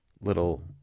little